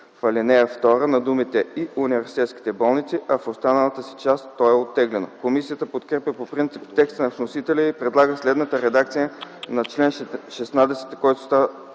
ал. 2 на думите „и университетските болници”, а в останалата си част то е оттеглено. Комисията подкрепя по принцип текста на вносителя и предлага следната редакция на чл. 16, който става